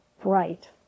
bright